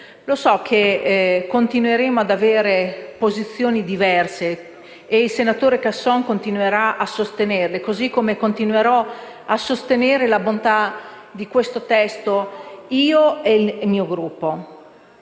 So che continueremo ad avere posizioni diverse e che il senatore Casson continuerà a sostenerle, così come continueremo a sostenere la bontà di questo testo il mio Gruppo